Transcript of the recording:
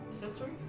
History